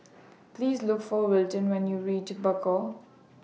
Please Look For Wilton when YOU REACH Bakau